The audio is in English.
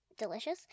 delicious